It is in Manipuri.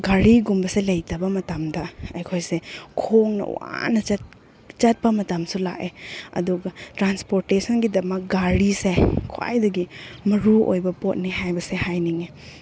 ꯒꯥꯔꯤꯒꯨꯝꯕꯁꯦ ꯂꯩꯇꯕ ꯃꯇꯝꯗ ꯑꯩꯈꯣꯏꯁꯦ ꯈꯣꯡꯅ ꯋꯥꯅ ꯆꯠꯄ ꯃꯇꯝꯁꯨ ꯂꯥꯛꯑꯦ ꯑꯗꯨꯒ ꯇ꯭ꯔꯥꯟꯁꯄꯣꯔꯇꯦꯁꯟꯒꯤꯗꯃꯛ ꯒꯥꯔꯤꯁꯦ ꯈ꯭ꯋꯥꯏꯗꯒꯤ ꯃꯔꯨꯑꯣꯏꯕ ꯄꯣꯠꯅꯦ ꯍꯥꯏꯕꯁꯦ ꯍꯥꯏꯅꯤꯡꯉꯤ